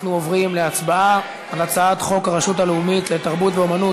אנחנו עוברים להצבעה על הצעת חוק הרשות הלאומית לתרבות ואמנות,